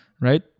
Right